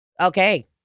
Okay